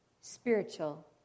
spiritual